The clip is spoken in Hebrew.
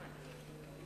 התשס"ט 2009,